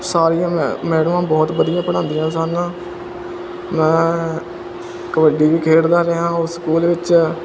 ਸਾਰੀਆਂ ਮੈ ਮੈਡਮਾਂ ਬਹੁਤ ਵਧੀਆ ਪੜ੍ਹਾਉਂਦੀਆਂ ਸਨ ਮੈਂ ਕਬੱਡੀ ਵੀ ਖੇਡਦਾ ਰਿਹਾਂ ਉਹ ਸਕੂਲ ਵਿੱਚ